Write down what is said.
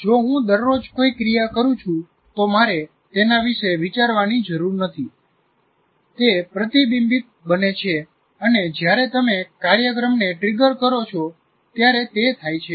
જો હું દરરોજ કોઈ ક્રિયા કરું છું તો મારે તેના વિશે વિચારવાની જરૂર નથી તે પ્રતિબિંબીત બને છે અને જ્યારે તમે કાર્યક્રમને ટ્રિગર કરો ત્યારે તે થાય છે